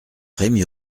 rémy